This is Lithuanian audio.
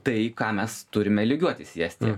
tai ką mes turime lygiuotis į estiją